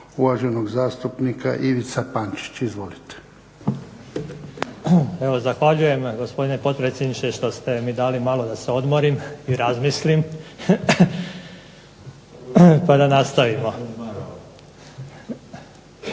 uvaženog zastupnika Ivica Pančić. Izvolite. **Pančić, Ivica (HSD)** Evo zahvaljujem gospodine potpredsjedniče, što ste mi dali malo da se odmorim i razmislim, pa da nastavimo.